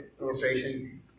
illustration